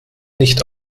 nicht